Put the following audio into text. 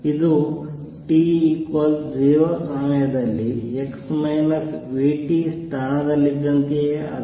ಇದು t 0 ಸಮಯದಲ್ಲಿ x vt ಸ್ಥಾನದಲ್ಲಿದ್ದಂತೆಯೇ ಅದೇ ತೊಂದರೆಯಾಗುತ್ತದೆ